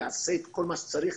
יעשה את כל מה שצריך,